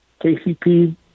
KCP